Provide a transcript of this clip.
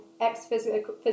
ex-physical